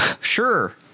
Sure